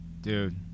Dude